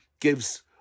gives